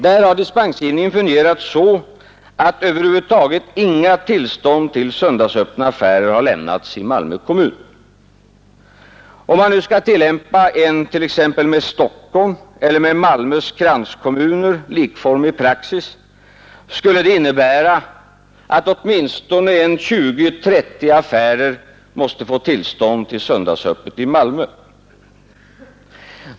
Där har dispensgivningen fungerat så, att över huvud taget inga tillstånd till söndagsöppna affärer har lämnats i Malmö kommun. Om man skulle tillämpa en t.ex. med Stockholm eller med Malmös kranskommuner likformig praxis, skulle det innebära att åtminstone 20—30 affärer måste få tillstånd till söndagsöppet i Malmö.